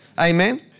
Amen